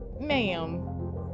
ma'am